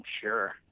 sure